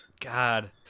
God